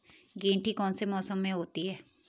गेंठी कौन से मौसम में होती है?